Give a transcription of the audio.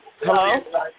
Hello